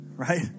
Right